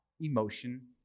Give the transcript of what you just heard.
emotion